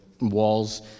Walls